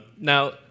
Now